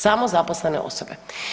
Samozaposlene osobe.